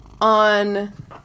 on